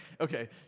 okay